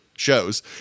shows